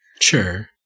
Sure